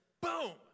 boom